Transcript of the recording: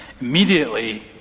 immediately